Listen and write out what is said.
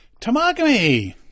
Tamagami